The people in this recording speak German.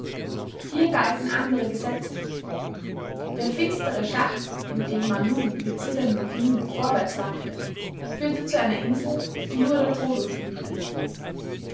hier galten andere gesetze der finstere schacht in dem man nun mit zitternden knien vorwärts wankte führte zu einer insel die nur der tod umspülte